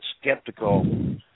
skeptical